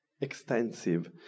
extensive